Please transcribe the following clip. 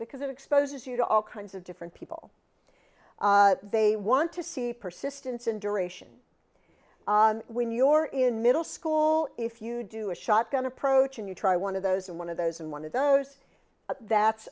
because it exposes you to all kinds of different people they want to see persistence and duration when your in middle school if you do a shotgun approach and you try one of those in one of those in one of those that's